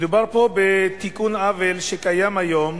מדובר פה בתיקון עוול שקיים היום